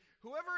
whoever